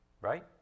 right